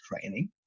training